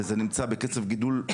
וזה נמצא בקצב גידול,